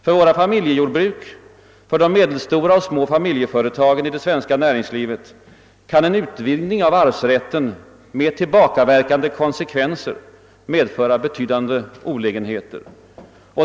För våra familjejordbruk och för de medelstora och små familjeföretagen i det svenska näringslivet kan en utvidgning av arvsrätten med tillbakaverkande konsekvenser medföra betydande olägenheter.